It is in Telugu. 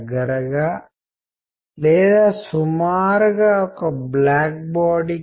మీరు టెలిఫోన్ గురించి మాట్లాడుతుంటే వైర్లు